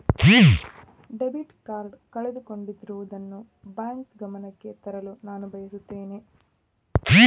debit card ಕಳೆದುಕೊಂಡಿರುವುದನ್ನು bank ಗಮನಕ್ಕೆ ತರಲು ನಾನು ಬಯಸುತ್ತೇನೆ